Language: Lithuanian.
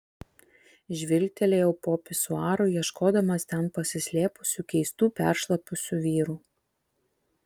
žvilgtelėjau po pisuaru ieškodamas ten pasislėpusių keistų peršlapusių vyrų